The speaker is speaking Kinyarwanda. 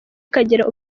ikagera